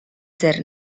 ser